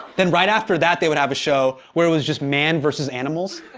then right after that they would have a show where it was just man versus animals.